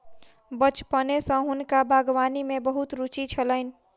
बचपने सॅ हुनका बागवानी में बहुत रूचि छलैन